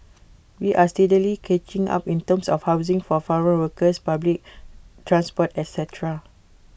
we are steadily catching up in terms of housing for foreign workers public transport etcetera